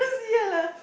ya lah